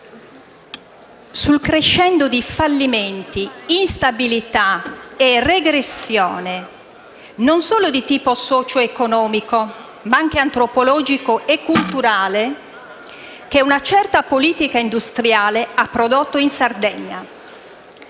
sul crescendo di fallimenti, instabilità e regressione di tipo non solo socio‑economico, ma anche antropologico e culturale che una certa politica industriale ha prodotto in Sardegna.